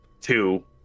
two